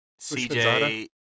CJ